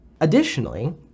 Additionally